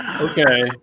Okay